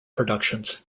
productions